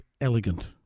Elegant